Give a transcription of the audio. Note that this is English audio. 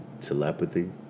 Telepathy